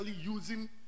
using